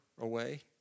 away